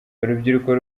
urubyiruko